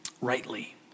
rightly